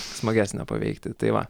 smagesnio paveikti tai va